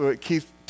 Keith